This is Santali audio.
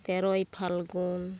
ᱛᱮᱨᱳᱭ ᱯᱷᱟᱞᱜᱩᱱ